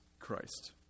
christ